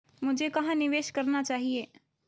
मुझे कहां निवेश करना चाहिए?